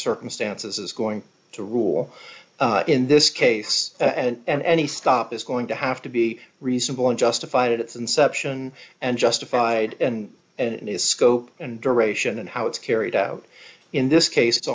circumstances is going to rule in this case and any stop is going to have to be reasonable and justified at its inception and justified and and his scope and duration and how it's carried out in this case